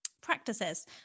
practices